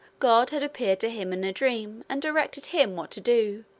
god had appeared to him in a dream, and directed him what to do.